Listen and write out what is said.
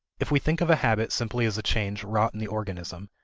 if we think of a habit simply as a change wrought in the organism,